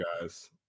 guys